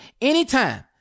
anytime